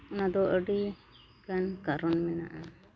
ᱚᱱᱟᱫᱚ ᱟᱹᱰᱤᱜᱟᱱ ᱠᱟᱨᱚᱱ ᱢᱮᱱᱟᱜᱼᱟ